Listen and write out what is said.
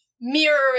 mirroring